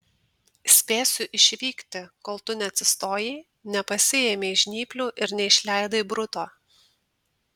spėsiu išvykti kol tu neatsistojai nepasiėmei žnyplių ir neišleidai bruto